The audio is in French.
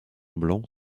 blanc